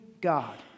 God